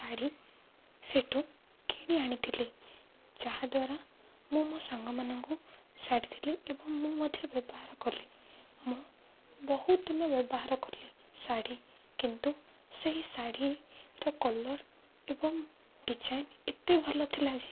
ଶାଢ଼ୀ ସେଠୁ କିଣି ଆଣିଥିଲି ଯାହାଦ୍ୱାରା ମୁଁ ମୋ ସାଙ୍ଗମାନଙ୍କୁ ଶାଢ଼ୀ ଦେଲି ଏବଂ ମୁଁ ମଧ୍ୟ ବ୍ୟବହାର କଲି ମୁଁ ବହୁତ ଦିନ ବ୍ୟବହାର କଲି ଶାଢ଼ୀ କିନ୍ତୁ ସେହି ଶାଢ଼ୀର କଲର୍ ଏବଂ ଡିଜାଇନ ଏତେ ଭଲ ଥିଲା ଯେ